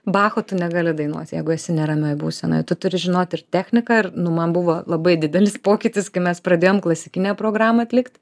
bacho tu negali dainuot jeigu esi neramioj būsenoj tu turi žinot ir techniką ir nu man buvo labai didelis pokytis kai mes pradėjom klasikinę programą atlikt